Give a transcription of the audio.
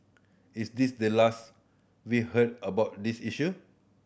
is this the last we heard about this issue